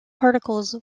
particles